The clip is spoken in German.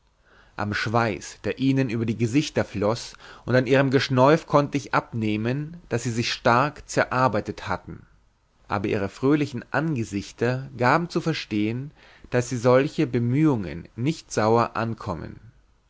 am schweiß der ihnen über die gesichter floß und an ihrem geschnäuf konnte ich abnehmen daß sie sich stark zerarbeitet hatten aber ihre fröhliche angesichter gaben zu verstehen daß sie solche bemühungen nicht saur ankommen